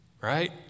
right